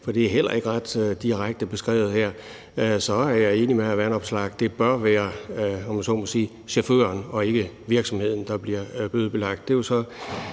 for det er heller ikke ret direkte beskrevet her, så er jeg enig med hr. Alex Vanopslagh i, at det bør være, om jeg så må sige, chaufføren og ikke virksomheden, der bliver bødebelagt.